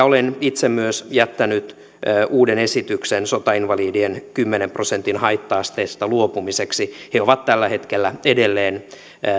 olen itse myös jättänyt uuden esityksen sotainvalidien kymmenen prosentin haitta asteesta luopumiseksi he ovat tällä hetkellä edelleen